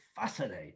fascinating